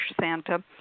Santa